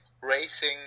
racing